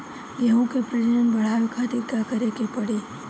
गेहूं के प्रजनन बढ़ावे खातिर का करे के पड़ी?